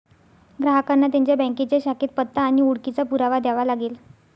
ग्राहकांना त्यांच्या बँकेच्या शाखेत पत्ता आणि ओळखीचा पुरावा द्यावा लागेल